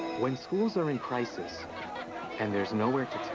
when schools are in crisis and there's nowhere to